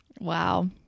Wow